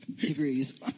Degrees